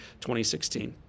2016